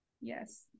Yes